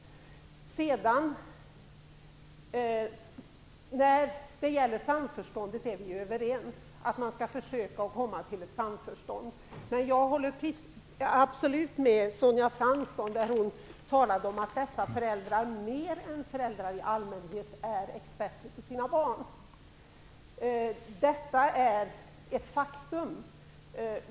Vi är överens om att man skall försöka att få till stånd ett samförstånd. Men jag håller absolut med Sonja Fransson. Hon talade om att dessa föräldrar mer än föräldrar i allmänhet är experter på sina barn. Detta är ett faktum.